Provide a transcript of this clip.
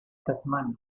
tasmania